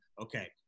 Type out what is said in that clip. okay